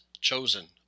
chosen